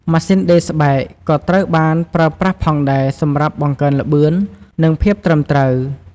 ម៉ាស៊ីនដេរស្បែកក៏ត្រូវបានប្រើប្រាស់ផងដែរសម្រាប់បង្កើនល្បឿន និងភាពត្រឹមត្រូវ។